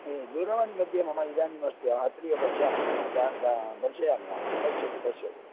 दूरवाणि मध्ये मम इदानीं अस्ति अहमत्रेव पश्यामि द द दर्शयामि अहं पश्यतु पश्यतु